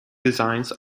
designs